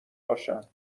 باشن